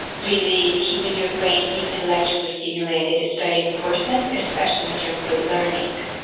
really keeping your brain intellectually stimulated is very important, especially in terms of learning.